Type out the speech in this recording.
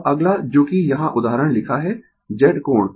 अब अगला जो कि यहाँ उदाहरण लिखा है Z कोण